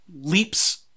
leaps